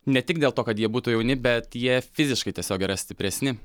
ne tik dėl to kad jie būtų jauni bet jie fiziškai tiesiog yra stipresni